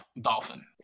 dolphin